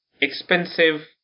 expensive